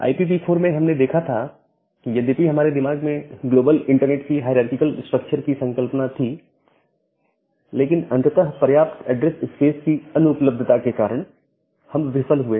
IPv4 में हमने देखा था कि यद्यपि हमारे दिमाग में ग्लोबल इंटरनेट की हायरारकीकल स्ट्रक्चर की कल्पना थी लेकिन अंततः पर्याप्त ऐड्रेस स्पेस की अनुपलब्धता के कारण हम विफल हुए